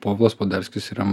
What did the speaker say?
povilas poderskis yra